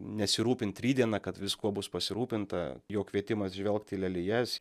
nesirūpint rytdiena kad viskuo bus pasirūpinta jo kvietimas žvelgt į lelijas